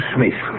Smith